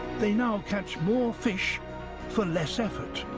they now catch more fish for less effort.